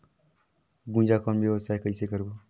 गुनजा कौन व्यवसाय कइसे करबो?